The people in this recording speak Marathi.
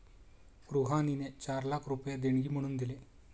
रुहानीने चार लाख रुपये देणगी म्हणून दिले